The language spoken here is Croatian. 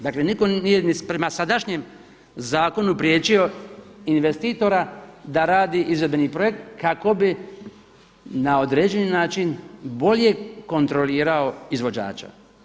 Dakle, nitko nije ni prema sadašnjem zakonu priječio investitora da radi izvedbeni projekt kako bi na određeni način bolje kontrolirao izvođača.